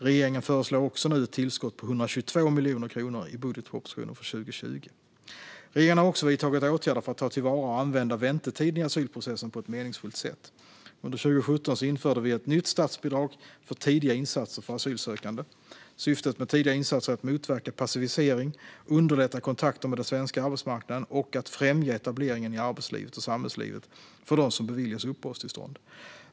Regeringen föreslår också nu ett tillskott på 122 miljoner kronor i budgetpropositionen för 2020. Regeringen har också vidtagit åtgärder för att ta till vara och använda väntetiden i asylprocessen på ett meningsfullt sätt. Under 2017 införde vi ett nytt statsbidrag för tidiga insatser för asylsökande. Syftet med tidiga insatser är att motverka passivisering, att underlätta kontakter med den svenska arbetsmarknaden och att främja etableringen i arbetslivet och samhällslivet för dem som beviljas uppehållstillstånd.